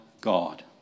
God